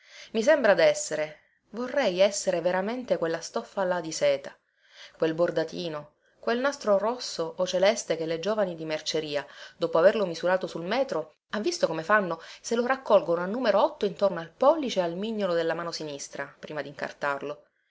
i sembra dessere vorrei essere veramente quella stoffa là di seta quel bordatino quel nastro rosso o celeste che le giovani di merceria dopo averlo misurato sul metro ha visto come fanno se lo raccolgono a numero otto intorno al pollice e al mignolo della mano sinistra prima dincartarlo